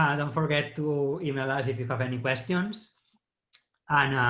um don't forget to email us if you have any questions and